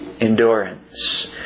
endurance